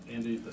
Andy